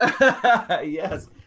Yes